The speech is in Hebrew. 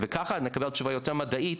וככה נקבל תשובה יותר מדעית,